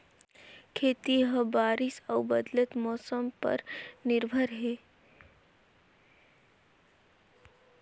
खेती ह बारिश अऊ बदलत मौसम पर निर्भर हे